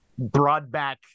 broadback